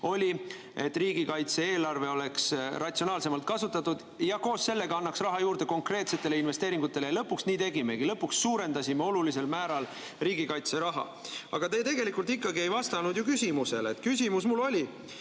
oli, et riigikaitse-eelarve oleks ratsionaalsemalt kasutatud ja koos sellega antaks raha juurde konkreetsetele investeeringutele. Lõpuks nii tegimegi, lõpuks suurendasime olulisel määral riigikaitseraha. Aga te tegelikult ikkagi ei vastanud ju küsimusele. Mu küsimus oli: